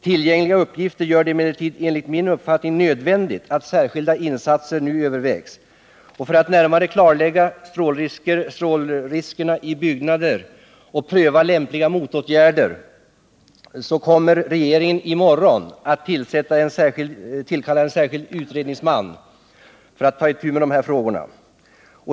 Tillgängliga uppgifter gör det emellertid enligt min mening nödvändigt att särskilda insatser nu övervägs, och för att närmare klarlägga strålningsriskerna i byggnader och pröva lämpliga motåtgärder kommer regeringen i morgon att tillkalla en särskild utredningsman som får ta itu med dessa frågor.